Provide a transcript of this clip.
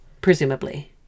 presumably